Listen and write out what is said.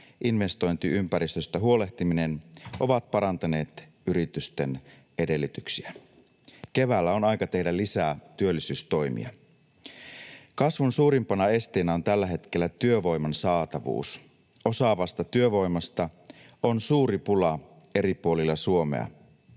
investointiympäristöstä huolehtiminen ovat parantaneet yritysten edellytyksiä. Keväällä on aika tehdä lisää työllisyystoimia. Kasvun suurimpana esteenä on tällä hetkellä työvoiman saatavuus. Osaavasta työvoimasta on suuri pula eri puolilla Suomea.